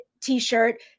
t-shirt